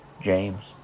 James